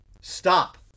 Stop